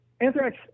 Anthrax